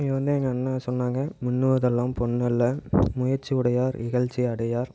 இது வந்து எங்கள் அண்ணன் சொன்னாங்க மின்னுவதெல்லாம் பொன்னல்ல முயற்சி உடையார் இகழ்ச்சி அடையார்